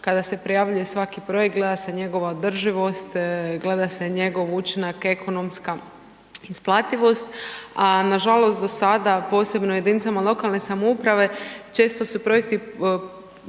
kada se prijavljuje svaki projekt gleda se njegova održivost, gleda se njegov učinak, ekonomska isplativost, a nažalost do sada posebno u jedinicama lokalne samouprave često su projekti